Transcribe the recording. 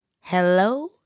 Hello